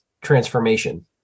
transformation